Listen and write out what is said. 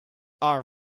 are